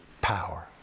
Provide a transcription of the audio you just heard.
power